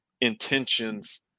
intentions